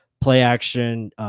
play-action